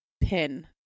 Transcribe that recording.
pin